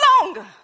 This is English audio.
longer